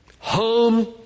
Home